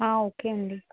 okay అండి